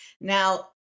Now